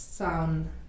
sound